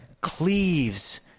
Cleaves